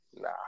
Nah